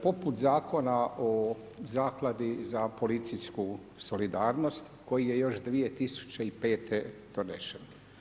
Poput Zakona o Zakladi za policijsku solidarnosti, koji je još 2005. donešen.